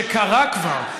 שקרה כבר,